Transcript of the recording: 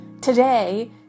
today